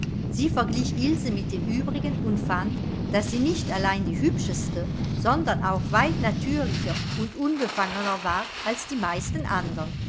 sie verglich ilse mit den übrigen und fand daß sie nicht allein die hübscheste sondern auch weit natürlicher und unbefangener war als die meisten andern